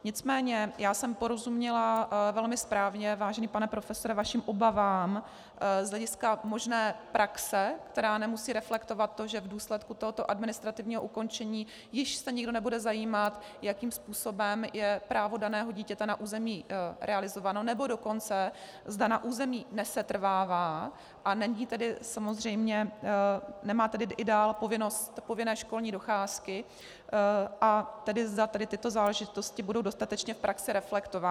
Nicméně jsem porozuměla velmi správně, vážený pane profesore, vašim obavám z hlediska možné praxe, která nemusí reflektovat to, že v důsledku tohoto administrativního ukončení již se nikdo nebude zajímat, jakým způsobem je právo daného dítěte na území realizováno, nebo dokonce zda na území nesetrvává, a nemá tedy samozřejmě i dál povinnost povinné školní docházky, a tedy zda tady tyto záležitosti budou dostatečně v praxi reflektovány.